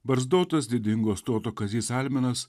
barzdotas didingo stoto kazys almenas